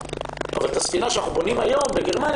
אבל הספינה שאנחנו בונים היום בגרמניה